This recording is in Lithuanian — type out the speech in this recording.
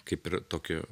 kaip ir tokį